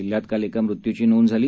जिल्ह्यातकालएकामृत्यूचीनोंदझाली